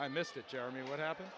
i missed it jeremy what happened